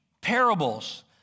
parables